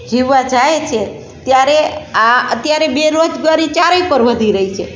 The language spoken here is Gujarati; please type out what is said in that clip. જીવવા જાય છે ત્યારે આ અત્યારે બેરોજગારી ચારે કોર વધી રહી છે